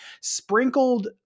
sprinkled